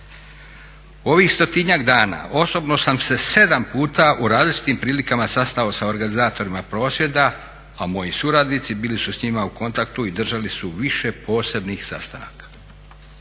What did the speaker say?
Ovih stotinjak dana osobno sam se sedam puta u različitim prilikama sastao sa organizatorima prosvjeda, a moji suradnici bili su s njima u kontaktu i držali su više posebnih sastanaka.